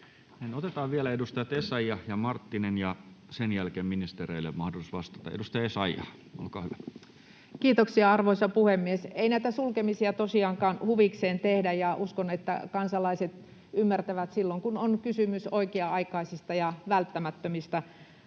Otetaan vielä edustajat Essayah ja Marttinen, ja sen jälkeen ministereille mahdollisuus vastata. — Edustaja Essayah, olkaa hyvä. Kiitoksia, arvoisa puhemies! Ei näitä sulkemisia tosiaankaan huvikseen tehdä, ja uskon, että kansalaiset ymmärtävät silloin, kun on kysymys oikea-aikaisista ja välttämättömistä